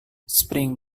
spring